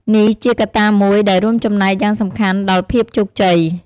នេះជាកត្តាមួយដែលរួមចំណែកយ៉ាងសំខាន់ដល់ភាពជោគជ័យ។